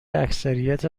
اکثریت